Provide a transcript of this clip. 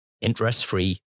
interest-free